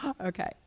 Okay